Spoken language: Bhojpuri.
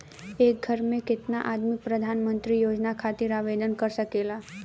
एक घर के केतना आदमी प्रधानमंत्री योजना खातिर आवेदन कर सकेला?